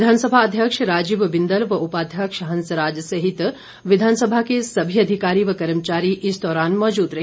विधानसभा अध्यक्ष राजीव बिंदल व उपाध्यक्ष हंसराज सहित विधानसभा के सभी अधिकारी व कर्मचारी इस दौरान मौजूद रहे